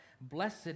Blessed